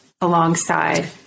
alongside